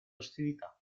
ostilità